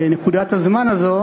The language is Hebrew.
בנקודת הזמן הזאת,